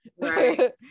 Right